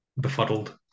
befuddled